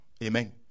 Amen